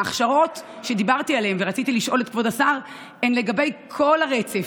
ההכשרות שדיברתי עליהן ורציתי לשאול עליהן את כבוד השר הן לגבי כל הרצף,